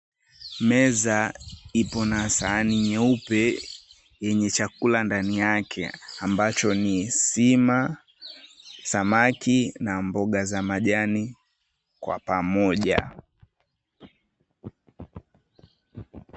Meza iko na sahani nyeupe yenye chakula ndani yake ambacho ni sima, samaki na mboga za majani kwa pamoja.